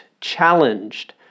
challenged